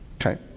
Okay